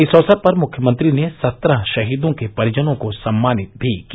इस अवसर पर मुख्यमंत्री ने सत्रह शहीदों के परिजनों को सम्मानित भी किया